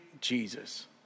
Jesus